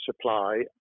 supply